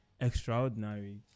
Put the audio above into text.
extraordinary